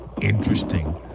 interesting